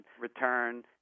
return